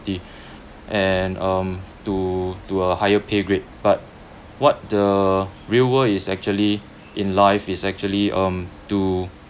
the and um to to a higher pay grade but what the real world is actually in life is actually um to